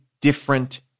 different